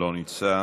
אינו נוכח,